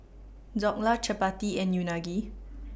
Dhokla Chapati and Unagi